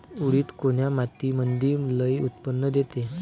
उडीद कोन्या मातीमंदी लई उत्पन्न देते?